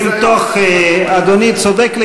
אדוני היושב-ראש,